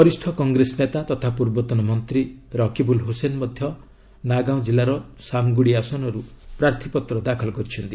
ବରିଷ୍ଣ କଂଗ୍ରେସ ନେତା ତଥା ପୂର୍ବତନ ମନ୍ତ୍ରୀ ରକିବୁଲ୍ ହୁସେନ୍ ମଧ୍ୟ ନାଗାଓଁ ଜିଲ୍ଲାର ସାମଗୁଡ଼ି ଆସନରୁ ପ୍ରାର୍ଥୀପତ୍ର ଦାଖଲ କରିଛନ୍ତି